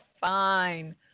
fine